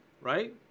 right